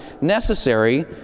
necessary